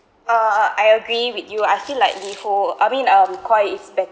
uh I agree with you I feel like LiHO I mean um Koi is better